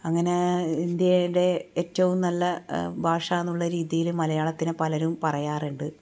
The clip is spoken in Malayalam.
അങ്ങനെ ഇന്ത്യൻ്റെ ഏറ്റവും നല്ല ഭാഷ എന്നുള്ള രീതിയിൽ മലയാളത്തിനെ പലരും പറയാറുണ്ട്